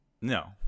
No